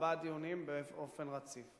ארבעה דיונים באופן רציף.